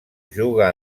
juga